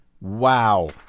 Wow